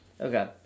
Okay